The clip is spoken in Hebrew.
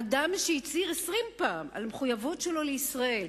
אדם שהצהיר עשרים פעם על המחויבות שלו לישראל,